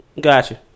Gotcha